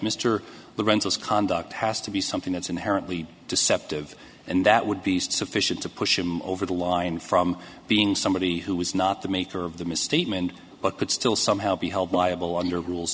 the rentals conduct has to be something that's inherently deceptive and that would be sufficient to push him over the line from being somebody who was not the maker of the misstatement but could still somehow be held liable on your rules